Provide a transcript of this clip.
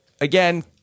Again